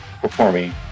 performing